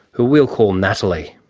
who we'll call natalie.